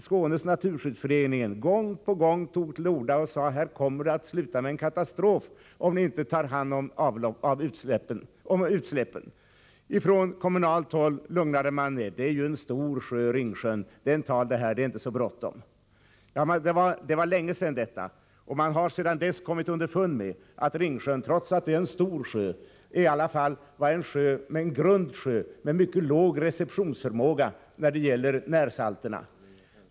Skånes naturskyddsförening tog gång på gång till orda och sade att det skulle komma att sluta med en katastrof om kommunen inte tog hand om utsläppen. Från kommunalt håll förklarade man lugnande att Ringsjön var en stor sjö som tålde detta och att det inte var så bråttom. Det här var länge sedan, och man har sedan dess kommit underfund med att Ringsjön, trots att det är en stor sjö, är en grund sjö med mycket liten receptionsförmåga när det gäller närsalterna.